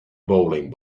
bowling